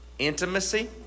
intimacy